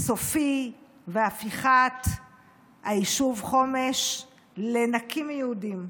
סופי והפיכת היישוב חומש לנקי מיהודים,